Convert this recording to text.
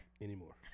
Anymore